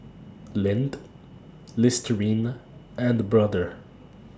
Lindt Listerine and Brother